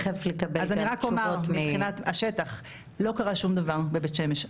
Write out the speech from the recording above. לא קרה שום דבר בבית השמש.